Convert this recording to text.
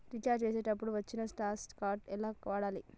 Recharge చేసినప్పుడు వచ్చిన scratch card ఎలా వాడాలి?